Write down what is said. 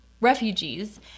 refugees